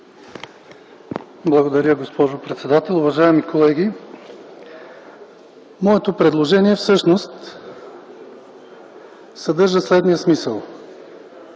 Благодаря, госпожо председател. Уважаеми колеги, моето предложение съдържа следния смисъл.